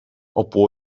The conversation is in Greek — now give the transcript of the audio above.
όπου